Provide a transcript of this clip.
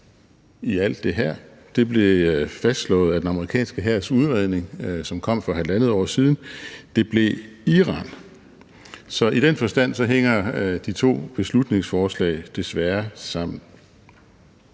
i alt det her – det blev fastslået af den amerikanske hærs udredning, som kom for halvandet år siden – blev Iran. Så i den forstand hænger de to beslutningsforslag desværre sammen.